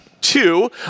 two